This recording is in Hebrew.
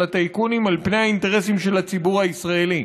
הטייקונים על פני האינטרסים של הציבור הישראלי.